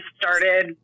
started